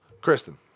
Kristen